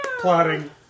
Plotting